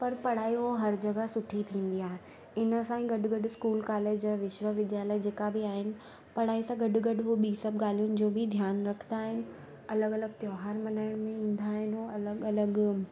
पर पढ़ायो हर जॻह सुठी थींदी आ इन सां ई गॾु गॾु इस्कूलु कालेज विश्वविद्यालय जेका बि आहिनि पढ़ाई सां गॾु गॾु उहे ॿी सभु ॻाल्हियुनि जो बि ध्यानु रखंदा आहिनि अलॻि अलॻि त्योहार मल्हाइण में ईंदा आहिनि उहे अलॻि अलॻि